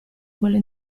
quella